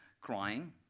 crying